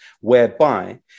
whereby